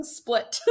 split